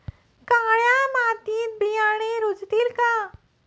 काळ्या मातीत बियाणे रुजतील का?